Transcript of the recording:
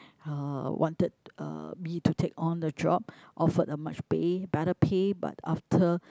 uh wanted uh me to take on the job offered a much pay better pay but after